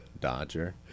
Dodger